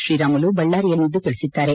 ಶ್ರೀರಾಮುಲು ಬಳ್ಳಾರಿಯಲ್ಲಿಂದು ತಿಳಿಸಿದ್ದಾರೆ